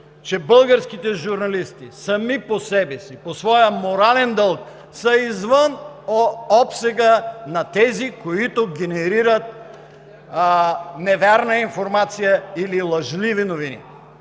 че българските журналисти сами по себе си, по своя морален дълг са извън обсега на тези, които генерират невярна информация или лъжливи новини.